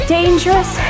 dangerous